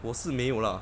我是没有啦